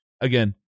Again